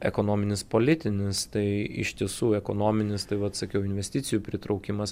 ekonominis politinis tai iš tiesų ekonominis tai vat sakiau investicijų pritraukimas